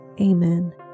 Amen